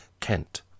Kent